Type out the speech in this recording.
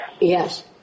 Yes